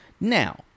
Now